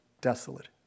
desolate